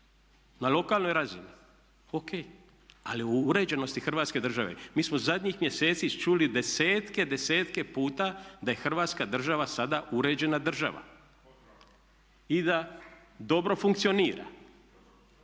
na lokalnoj razini, O.K., ali o uređenosti Hrvatske države. Mi smo zadnjih mjeseci čuli desetke, desetke puta da je Hrvatska država sada uređena država i da dobro funkcionira.